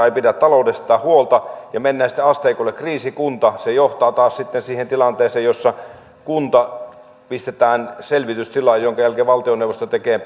ei pidä taloudestaan huolta ja mennään sitten asteikolla kriisikuntaan niin se johtaa taas sitten siihen tilanteeseen jossa kunta pistetään selvitystilaan minkä jälkeen valtioneuvosto tekee